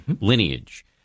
lineage